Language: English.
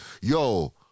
Yo